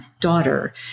daughter